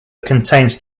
contains